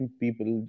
people